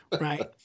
Right